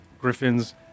griffins